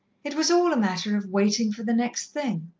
it was all a matter of waiting for the next thing.